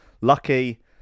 Lucky